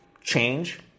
change